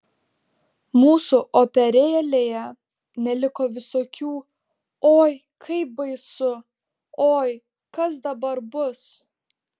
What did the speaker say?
mūsų operėlėje neliko visokių oi kaip baisu oi kas dabar bus